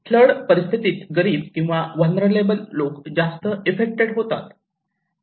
flood परिस्थितीत गरीब किंवा व्हलनेरलॅबल लोक जास्त एफ्फेक्टड होतात